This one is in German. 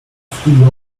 früher